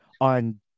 on